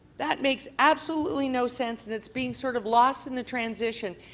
that makes absolutely no sense, and it's being sort of lost in the transition.